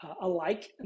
alike